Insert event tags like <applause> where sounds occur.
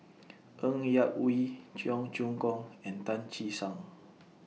<noise> Ng Yak Whee Cheong Choong Kong and Tan Che Sang